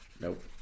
Nope